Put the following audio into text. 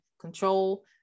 control